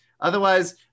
Otherwise